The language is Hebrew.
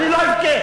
אני לא אבכה.